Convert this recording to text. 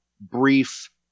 brief